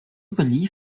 believe